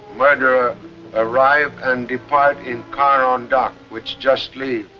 murderer arrive and depart in car on dock, which just leave.